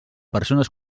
persones